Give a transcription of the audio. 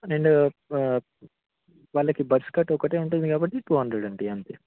నేను వాళ్ళకి bus card ఒకటి ఉంటుంది కాబట్టి టూ హండ్రెడ్ అండి అంతే